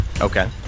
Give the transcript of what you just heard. Okay